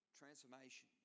transformation